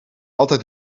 altijd